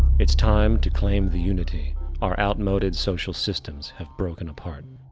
it's time to claim the unity our outmoded social systems have broken apart,